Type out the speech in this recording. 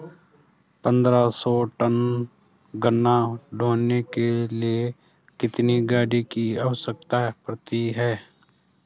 पन्द्रह सौ टन गन्ना ढोने के लिए कितनी गाड़ी की आवश्यकता पड़ती है?